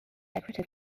decorative